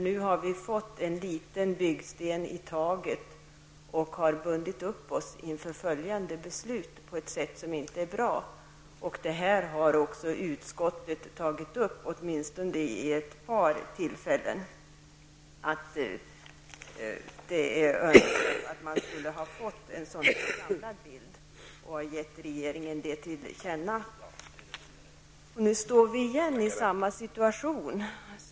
Nu har vi fått en liten byggsten i taget och har bundit upp oss inför följande beslut på ett sätt som inte är bra. Utskottet har också, åtminstone vid ett par tillfällen, tagit upp att det hade varit önskvärt att få en samlad bild och att ge regeringen den till känna. Nu står vi igen i samma situation.